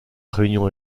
réunion